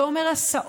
זה אומר הסעות,